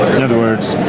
in other words,